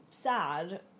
sad